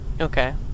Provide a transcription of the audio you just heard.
Okay